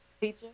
teacher